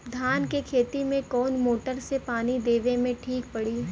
धान के खेती मे कवन मोटर से पानी देवे मे ठीक पड़ी?